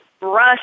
rush